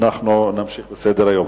אנחנו נמשיך בסדר-היום.